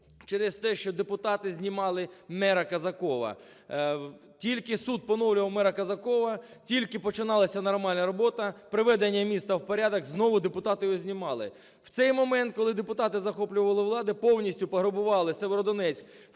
через те, що депутати знімали мераКазакова. Тільки суд поновлював мера Казакова, тільки починалася нормальна робота, приведення міста в порядок, знову депутати його знімали. В цей момент, коли депутати захоплювали владу, повністю пограбували Сєвєродонецьк: